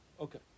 Okay